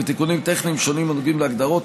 ותיקונים טכניים שונים הנוגעים להגדרות,